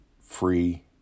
free